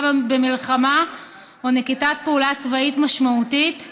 במלחמה או נקיטת פעולה צבאית משמעותית)